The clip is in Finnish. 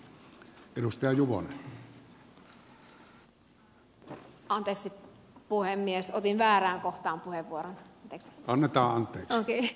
arvoisa puhemies otin väärään kohtaan tulevan annetaan taiteen